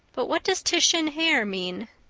but what does titian hair mean?